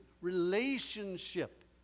Relationship